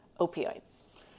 opioids